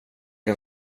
kan